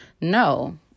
No